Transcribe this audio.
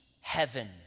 heaven